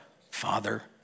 Father